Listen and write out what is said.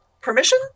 permission